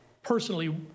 personally